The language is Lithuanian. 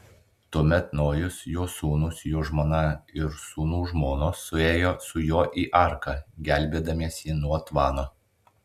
tuomet nojus jo sūnūs jo žmona ir sūnų žmonos suėjo su juo į arką gelbėdamiesi nuo tvano